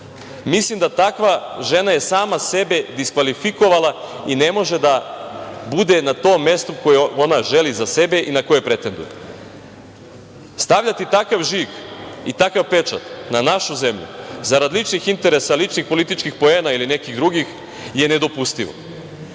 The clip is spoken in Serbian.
mislim da je takva žena samu sebe diskvalifikovala i ne može da bude na tom mestu koje ona želi za sebe i na koje pretenduje. Stavljati takav žig i takav pečat na našu zemlju zarad ličnih interesa, ličnih političkih poena ili nekih drugih je nedopustivo. Ne